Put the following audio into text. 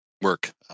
work